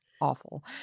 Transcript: Awful